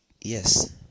yes